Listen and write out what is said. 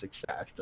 success